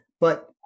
but-